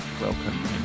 welcome